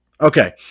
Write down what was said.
Okay